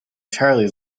charlie